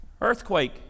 Earthquake